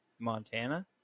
Montana